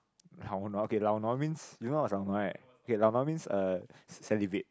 lao nuo okay lao nuo means you know what's lao nuo right okay lao nuo means salivate